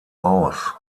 aus